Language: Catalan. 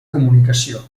comunicació